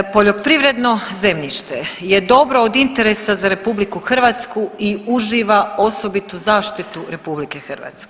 Poljoprivredno zemljište je dobro od interesa za RH i uživa osobitu zaštitu RH.